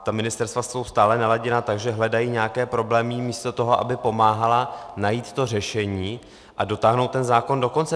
Ta ministerstva jsou stále naladěna tak, že hledají nějaké problémy místo toho, aby pomáhala najít to řešení a dotáhnout ten zákon do konce.